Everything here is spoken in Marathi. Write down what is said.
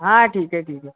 हां ठीक आहे ठीक आहे